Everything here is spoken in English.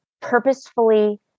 purposefully